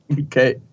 Okay